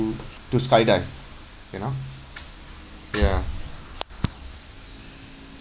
to skydive you know ya